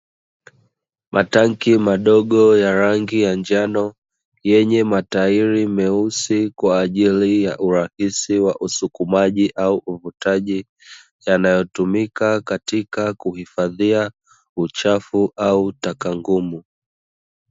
Matanki madogo ya rangi ya njano yenye matairi meusi kwaajili ya urahisi wa usukumaji au uvutaji, yanayotumika katika kuhifadhia uchafu au taka ngumu.